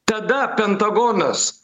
tada pentagonas